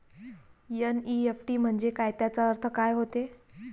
NEFT म्हंजे काय, त्याचा अर्थ काय होते?